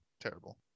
terrible